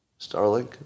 Starlink